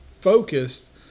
focused